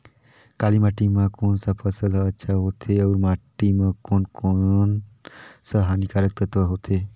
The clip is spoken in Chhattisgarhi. काली माटी मां कोन सा फसल ह अच्छा होथे अउर माटी म कोन कोन स हानिकारक तत्व होथे?